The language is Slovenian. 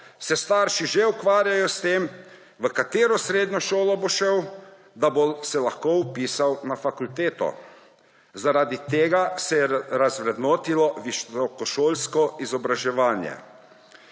šolo, že ukvarjajo s tem, v katero srednjo šolo bo šel, da se bo lahko vpisal na fakulteto. Zaradi tega se je razvrednotilo visokošolsko izobraževanje.